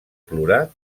plorar